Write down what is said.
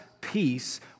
peace